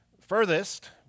Furthest